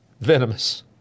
venomous